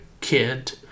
kid